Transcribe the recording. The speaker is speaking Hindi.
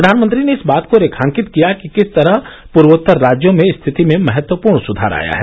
प्रधानमंत्री ने इस बात को रेखांकित किया कि किस तरह पूर्वोत्तर राज्यों में स्थिति में महत्वपूर्ण सुधार आया है